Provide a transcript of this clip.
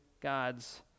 God's